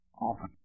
often